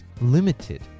limited